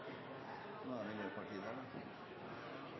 næring,